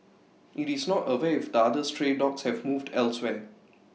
IT is not aware if the other stray dogs have moved elsewhere